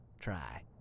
try